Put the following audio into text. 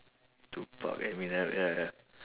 two pac eminem ya ya